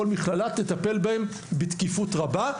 כל מכללה תטפל בהם בתקיפות רבה,